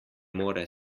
more